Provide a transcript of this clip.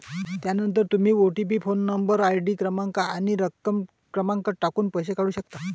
त्यानंतर तुम्ही OTP phone number, ID क्रमांक आणि रक्कम क्रमांक टाकून पैसे काढू शकता